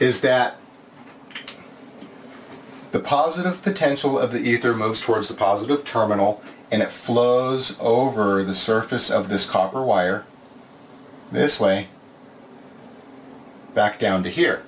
is that the positive potential of the ether moves towards the positive terminal and it flows over the surface of this copper wire this way back down to here